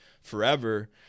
forever